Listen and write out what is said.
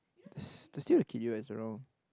s~ still a kid as you were around